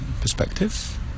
perspective